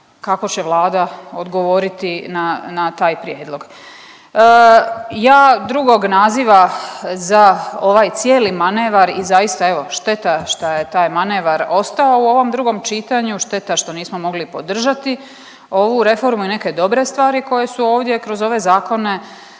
kako će Vlada odgovoriti na taj prijedlog. Ja drugog naziva za ovaj cijeli manevar i zaista evo šteta šta je taj manevar ostao u ovom drugom čitanju, šteta što nismo mogli podržati ovu reformu i neke dobre stvari koje su ovdje kroz ove zakone